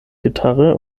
gitarre